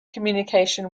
communication